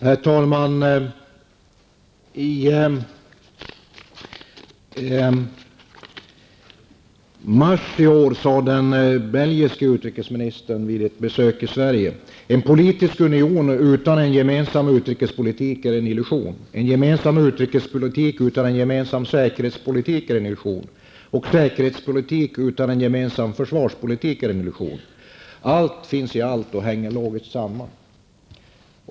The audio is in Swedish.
Herr talman! I mars i år sade den belgiske utrikesministern Eyskens vid sitt besök i Sverige: En politisk union utan en gemensam utrikespolitik är en illusion. En gemensam utrikespolitik utan en gemensam säkerhetspolitik är en illusion. Och en säkerhetspolitik utan en gemensam försvarspolitik är en illusion. Allt finns i allt och hänger samman.